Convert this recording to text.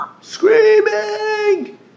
screaming